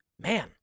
Man